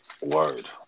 Word